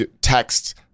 text